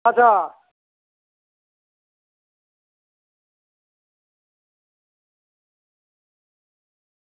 अच्छा